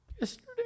yesterday